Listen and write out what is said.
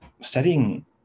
studying